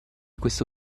questa